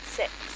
six